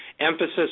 emphasis